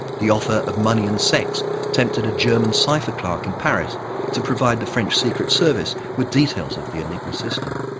the offer of money and sex tempted a german cypher clerk in paris to provide the french secret service with details of the enigma system.